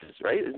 right